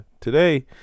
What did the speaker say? Today